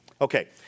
Okay